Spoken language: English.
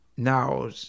Now